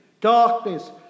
darkness